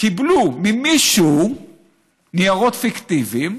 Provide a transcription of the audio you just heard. קיבלו ממישהו ניירות פיקטיביים,